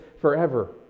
forever